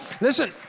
Listen